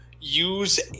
use